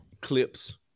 clips